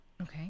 Okay